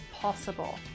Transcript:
possible